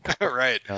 Right